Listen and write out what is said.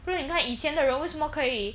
不然你看以前的人为什么可以